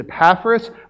Epaphras